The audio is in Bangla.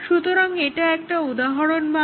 সুতরাং এটা একটা উদাহরণ মাত্র